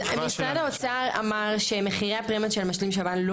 משרד האוצר אמר שמחירי הפרמיות של משלים שב"ן לא